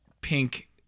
pink